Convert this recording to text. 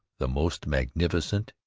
the most magnificent,